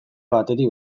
batetik